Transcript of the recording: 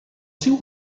seu